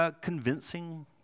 convincing